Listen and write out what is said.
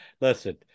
listen